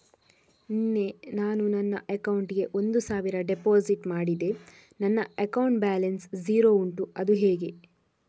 ನಿನ್ನೆ ನಾನು ನನ್ನ ಅಕೌಂಟಿಗೆ ಒಂದು ಸಾವಿರ ಡೆಪೋಸಿಟ್ ಮಾಡಿದೆ ನನ್ನ ಅಕೌಂಟ್ ಬ್ಯಾಲೆನ್ಸ್ ಝೀರೋ ಉಂಟು ಅದು ಹೇಗೆ?